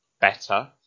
better